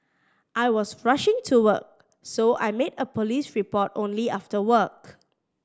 I was rushing to work so I made a police report only after work